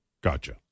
Gotcha